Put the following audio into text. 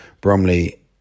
Bromley